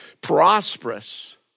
prosperous